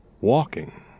walking